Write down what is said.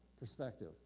perspective